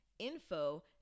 Info